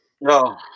No